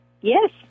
Yes